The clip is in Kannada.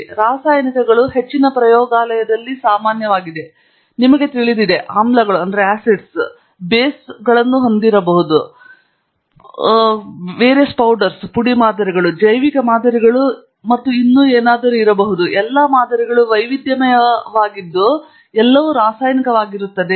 ಆದ್ದರಿಂದ ರಾಸಾಯನಿಕಗಳು ಹೆಚ್ಚಿನ ಪ್ರಯೋಗಾಲಯಗಳಲ್ಲಿ ಬಹಳ ಸಾಮಾನ್ಯವಾಗಿದೆ ನಿಮಗೆ ತಿಳಿದಿದೆ ಆಮ್ಲಗಳು ನೀವು ಬೇಸ್ಗಳನ್ನು ಹೊಂದಿದ್ದೀರಿ ನೀವು ಹೊಂದಿರುವಿರಿ ಇರಬಹುದು ಪುಡಿ ಮಾದರಿಗಳು ಜೈವಿಕ ಮಾದರಿಗಳು ಮತ್ತು ಇನ್ನೂ ಇರಬಹುದು ಆದ್ದರಿಂದ ಎಲ್ಲ ಮಾದರಿಗಳು ವೈವಿಧ್ಯಮಯ ಮಾದರಿಗಳಾಗಿದ್ದು ಎಲ್ಲವು ರಾಸಾಯನಿಕವಾಗಿರುತ್ತವೆ